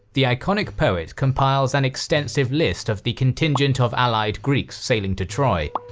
the iconic poet compiles an extensive list of the contingent of allied greeks sailing to troy,